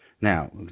Now